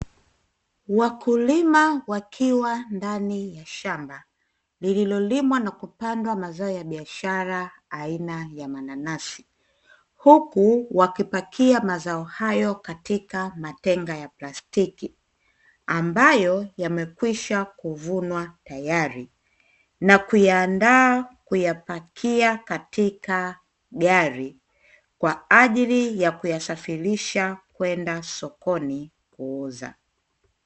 Wakulima wakiwa ndani ya shamba lililolimwa na kupandwa mazao ya biashara aina ya mananasi, huku wakipakia mazao hayo katika matenga ya plastiki ambayo yamekwisha kuvunwa tayari. Na kuyaandaa kuyapakia katika gari kwa ajili ya kuyasafirisha kwenda sokoni kuuza.